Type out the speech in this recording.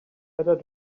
better